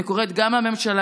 אני קוראת גם לממשלה,